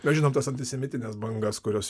mes žinome tas antisemitines bangas kurios